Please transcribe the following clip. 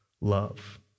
love